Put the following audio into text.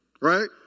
Right